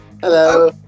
Hello